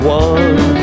one